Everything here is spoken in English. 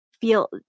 feel